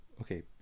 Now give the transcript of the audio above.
okay